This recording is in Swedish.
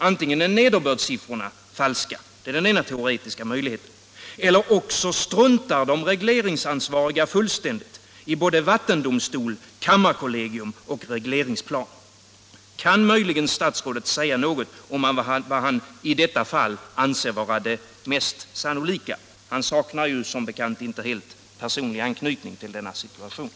Antingen är nederbördssiffrorna falska eller också struntar de regleringsansvariga fullständigt i såväl vattendomstol som kammarkollegium och regleringsplan. Kan möjligen statsrådet säga något om vad han i detta fall anser vara det mest sannolika? — Han saknar som bekant inte helt personlig anknytning till situationen.